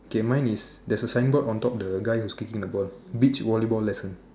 K mine is there's a signboard on top of the guy who's kicking the ball beach volleyball lesson